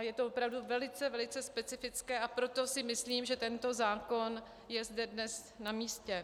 Je to opravdu velice specifické, a proto si myslím, že tento zákon je zde dnes namístě.